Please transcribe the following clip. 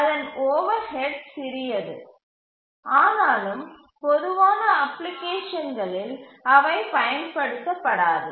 அதன் ஓவர்ஹெட் சிறியது ஆனாலும் பொதுவான அப்ளிகேஷன்களில் அவை பயன்படுத்தப்படாது